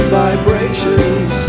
vibrations